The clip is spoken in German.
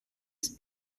ist